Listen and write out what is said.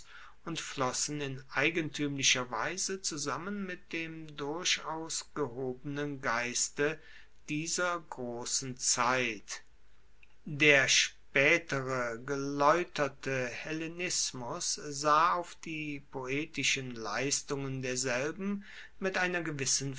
und flossen in eigentuemlicher weise zusammen mit dem durchaus gehobenen geiste dieser grossen zeit der spaetere gelaeuterte hellenismus sah auf die poetischen leistungen derselben mit einer gewissen